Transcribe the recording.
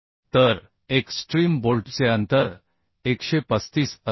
तर एक्स्ट्रीम बोल्टचे अंतर 135 असेल